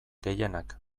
gehienak